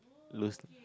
lose